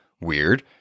weird